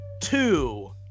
two